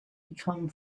become